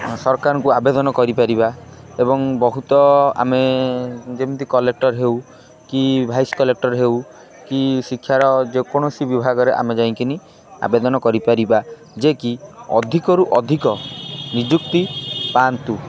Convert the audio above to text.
ସରକାରଙ୍କୁ ଆବେଦନ କରିପାରିବା ଏବଂ ବହୁତ ଆମେ ଯେମିତି କଲେକ୍ଟର ହେଉ କି ଭାଇସ୍ କଲେକ୍ଟର ହେଉ କି ଶିକ୍ଷାର ଯେକୌଣସି ବିଭାଗରେ ଆମେ ଯାଇକିନି ଆବେଦନ କରିପାରିବା ଯେକି ଅଧିକ ନିଯୁକ୍ତି ପାଆନ୍ତୁ